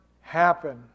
happen